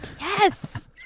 Yes